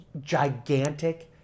gigantic